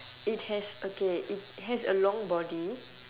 it has okay it has a long body